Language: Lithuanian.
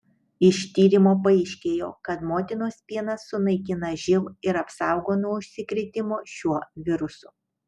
iš tyrimo paaiškėjo kad motinos pienas sunaikina živ ir apsaugo nuo užsikrėtimo šiuo virusu